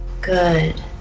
Good